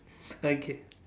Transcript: okay